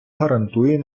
гарантує